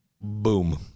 Boom